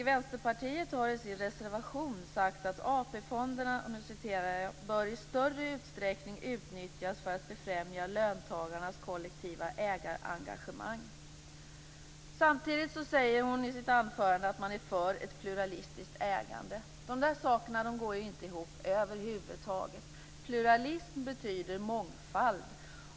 Vänsterpartiet har i sin reservation sagt att AP fonderna i större utsträckning bör utnyttjas för att befrämja löntagarnas kollektiva ägarengagemang. Samtidigt säger hon i sitt anförande att man är för ett pluralistiskt ägande. De två sakerna går inte ihop över huvud taget. Pluralism betyder mångfald.